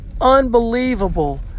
unbelievable